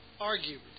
argued